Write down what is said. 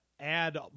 add